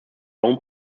own